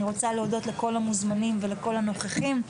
אני רוצה להודות לכל המוזמנים ולכל הנוכחים,